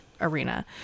arena